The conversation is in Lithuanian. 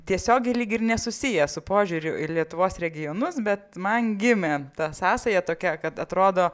tiesiogiai lyg ir nesusiję su požiūriu į lietuvos regionus bet man gimė ta sąsaja tokia kad atrodo